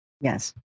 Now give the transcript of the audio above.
Yes